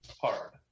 hard